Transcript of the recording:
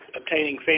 obtaining